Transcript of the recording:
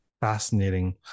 Fascinating